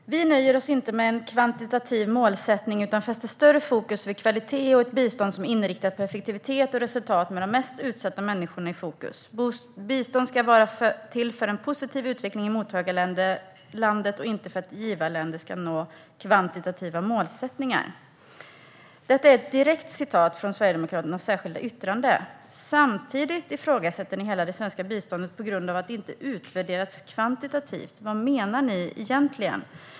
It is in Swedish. Herr talman! "Vi nöjer oss inte med en kvantitativ målsättning utan fäster större fokus vid kvaliteten och ett bistånd som är inriktat på effektivitet och resultat med de mest utsatta människorna i fokus. Bistånd ska vara till för en positiv utveckling i mottagarlandet och inte för att givarländer ska nå kvantitativa målsättningar." Detta är ett direkt citat från Sverigedemokraternas särskilda yttrande. Samtidigt ifrågasätter ni hela det svenska biståndet på grund av att det inte har utvärderats kvantitativt. Vad menar ni egentligen?